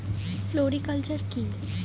Floriculture কি?